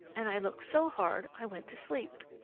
and i looked so hard i went to sleep.